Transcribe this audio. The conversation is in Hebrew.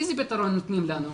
איזה פתרון נותנים לנו?